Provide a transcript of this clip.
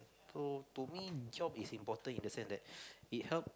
so to me job is important in the sense that it help